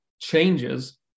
changes